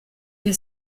wir